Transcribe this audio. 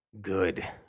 good